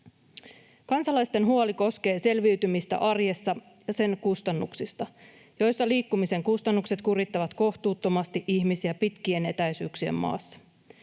Kansalaisten huoli koskee selviytymistä arjessa ja sen kustannuksista, joissa liikkumisen kustannukset kurittavat kohtuuttomasti ihmisiä pitkien etäisyyksien maassa.